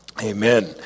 Amen